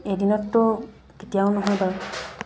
এদিনতটো কেতিয়াও নহয় বাৰু